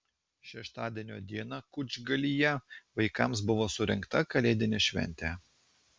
šeštadienio dieną kučgalyje vaikams buvo surengta kalėdinė šventė